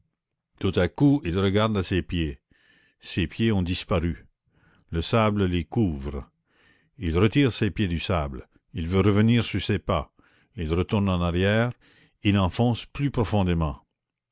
tout à coup il regarde à ses pieds ses pieds ont disparu le sable les couvre il retire ses pieds du sable il veut revenir sur ses pas il retourne en arrière il enfonce plus profondément